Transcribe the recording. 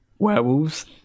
Werewolves